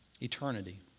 eternity